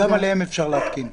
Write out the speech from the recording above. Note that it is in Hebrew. שגם עליהם אפשר להתקין.